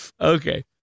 Okay